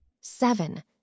Seven